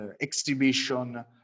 exhibition